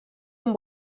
amb